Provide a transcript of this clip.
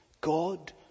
God